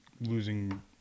losing